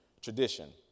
tradition